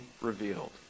revealed